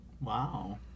Wow